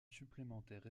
supplémentaire